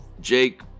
Jake